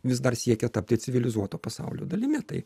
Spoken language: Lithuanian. vis dar siekia tapti civilizuoto pasaulio dalimi tai